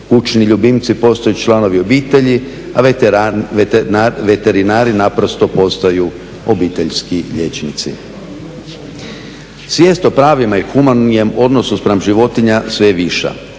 kućni ljubimci postaju članovi obitelji, a veterinari naprosto postaju obiteljski liječnici. Svijest o pravima i humanijem odnosu spram životinja sve je viša.